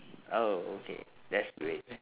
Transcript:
oh okay that's great